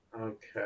Okay